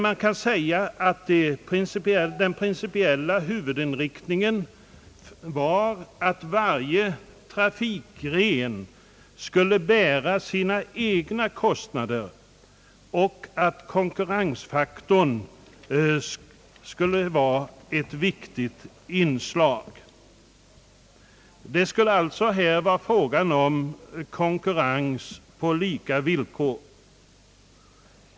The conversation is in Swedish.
Man kan säga, att den principiella huvudinriktningen var, att varje trafikgren skulle bära sina egna kostnader samt att konkurrensfaktorn skulle vara ett viktigt inslag. Det skulle alltså här vara fråga om konkurrens på lika villkor.